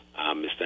Mr